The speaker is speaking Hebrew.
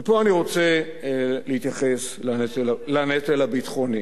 ופה אני רוצה להתייחס לנטל הביטחוני.